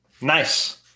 Nice